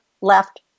left